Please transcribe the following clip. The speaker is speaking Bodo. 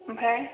ओमफ्राय